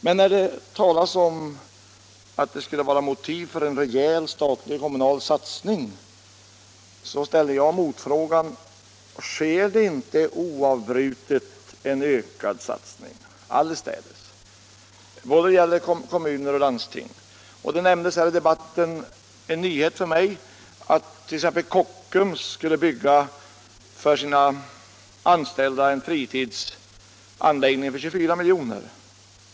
Men när det sägs att det skulle finnas motiv för en rejäl statlig och kommunal satsning ställer jag mig frågan: Sker det inte oavbrutet en ökad satsning på idrotten allestädes, både av kommuner och landsting? Det har nämnts här i debatten — det är en nyhet för mig — att Kockums för sina anställda skulle bygga en fritidsanläggning för 24 miljoner.